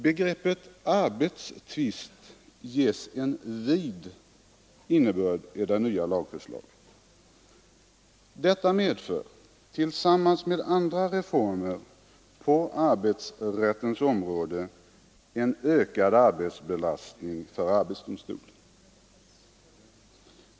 Begreppet arbetstvist ges en vid innebörd i det nya lagförslaget. Detta medför, tillsammans med andra reformer på arbetsrättens område, en ökad arbetsbelastning för arbetsdomstolen.